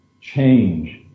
change